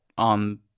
on